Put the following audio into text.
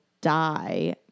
Die